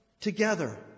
together